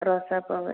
റോസാപ്പൂവ്